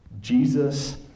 Jesus